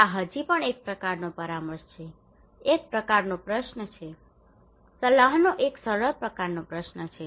આ હજી પણ એક પ્રકારનો પરામર્શ છે એક પ્રકારનો પ્રશ્ન છે સલાહનો એક સરળ પ્રકારનો પ્રશ્ન છે